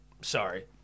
Sorry